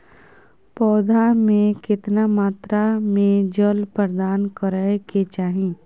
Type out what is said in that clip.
पौधा में केतना मात्रा में जल प्रदान करै के चाही?